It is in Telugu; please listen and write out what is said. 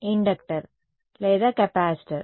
ఇండక్టర్ లేదా కెపాసిటర్